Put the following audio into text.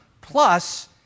Plus